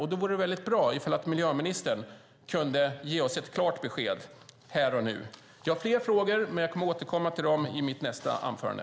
Det vore därför bra ifall miljöministern kunde ge oss ett klart besked här och nu. Jag har fler frågor, men jag återkommer till dem i mitt nästa anförande.